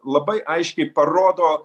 labai aiškiai parodo